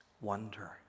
Wonder